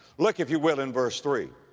look if you will in verse three,